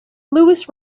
lewis